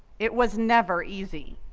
it was never easy.